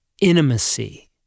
intimacy